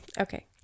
Okay